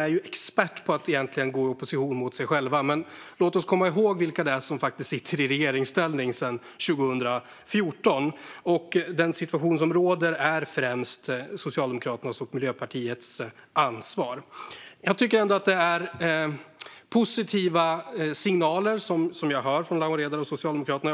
är experter på att gå i opposition mot sig själva. Men låt oss komma ihåg vilka det är som faktiskt sitter i regeringsställning sedan 2014, och det är främst Socialdemokraterna och Miljöpartiet som har ansvar för den situation som råder. Det är ändå positiva signaler som jag hör från Lawen Redar och Socialdemokraterna.